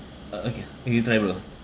oh okay ah let you try bro